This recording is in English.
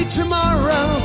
tomorrow